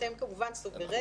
אתם כמובן סוברנים להצביע.